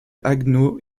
haguenau